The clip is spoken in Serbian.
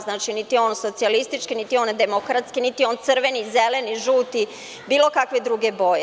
Znači, niti je on socijalistički, niti je on demokratski, niti je on crveni, zeleni, žuti i bilo kakve druge boje.